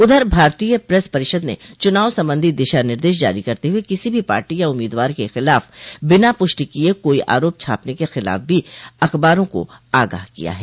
उधर भारतीय प्रेस परिषद ने चुनाव संबंधी दिशा निर्देश जारी करते हुए किसी भी पार्टी या उम्मीदवार के खिलाफ बिना पुष्टि किए कोई आरोप छापने के खिलाफ भी अखबारों को आगाह किया है